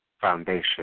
foundation